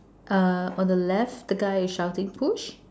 uh on the left the guy is shouting push